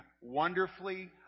wonderfully